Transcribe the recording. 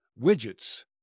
widgets